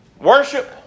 Worship